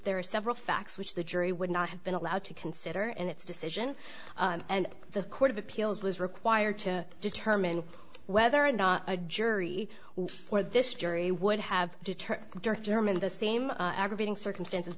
there are several facts which the jury would not have been allowed to consider and its decision and the court of appeals was required to determine whether or not a jury or this jury would have deterred german the same aggravating circumstances